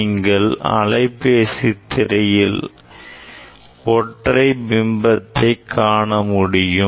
நீங்கள் அலைப்பேசி திரையில் ஒற்றை பிம்பத்தை காண முடியும்